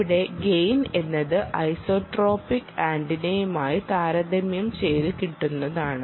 ഇവിടെ ഗെയിൻ എന്നത് isotropic antenna യുമായി താരതമ്യം ചെയ്തു കിട്ടുന്നതാണ്